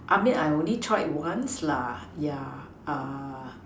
I mean I only try once lah ya uh